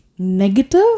negative